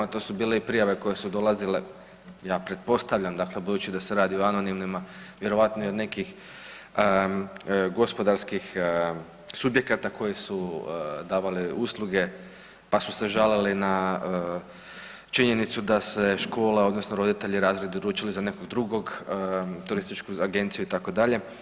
To su bile i prijave koje su dolazile ja pretpostavljam, dakle budući da se radi o anonimnima, vjerojatno i o nekih gospodarskih subjekata koje su davale usluge, pa su se žalili na činjenicu da se škola, odnosno roditelji, razredi odlučili za nekog drugog, turistički agenciju itd.